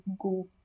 go